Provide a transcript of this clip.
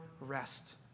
rest